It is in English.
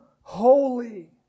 holy